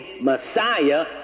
Messiah